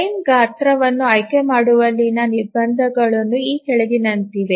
frame ಗಾತ್ರವನ್ನು ಆಯ್ಕೆಮಾಡುವಲ್ಲಿನ ನಿರ್ಬಂಧಗಳು ಈ ಕೆಳಗಿನಂತಿವೆ